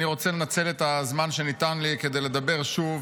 אני רוצה לנצל את הזמן שניתן לי כדי לדבר שוב